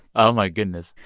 oh, my goodness.